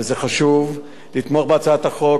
וזה חשוב לתמוך בהצעת החוק,